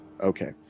okay